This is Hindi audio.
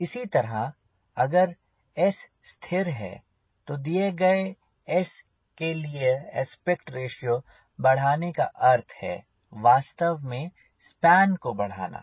इसी तरह अगर S स्थिर है तो दिए गए S के लिए आस्पेक्ट रेश्यो बढ़ाने का अर्थ है वास्तव में स्पान को बढ़ाना